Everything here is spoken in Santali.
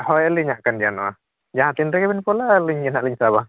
ᱦᱳᱭ ᱟᱹᱞᱤᱧᱟᱜ ᱠᱟᱱ ᱜᱮᱭᱟ ᱱᱚᱣᱟ ᱡᱟᱦᱟᱸ ᱛᱤᱱ ᱨᱮᱜᱮ ᱵᱮᱱ ᱠᱚᱞ ᱟᱹᱞᱤᱧ ᱜᱮ ᱦᱟᱜ ᱞᱤᱧ ᱥᱟᱵᱟ